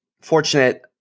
fortunate